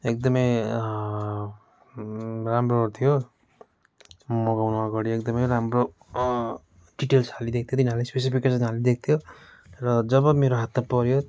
एकदमै राम्रो थियो मगाउनु अगाडि एकदमै राम्रो डिटेल्स हालिदिएको थियो तिनीहरूले स्पेसिफिक हालिदिएको थियो र जब मेरो हातमा पऱ्यो